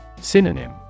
Synonym